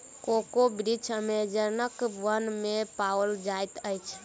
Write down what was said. cocoa वृक्ष अमेज़नक वन में पाओल जाइत अछि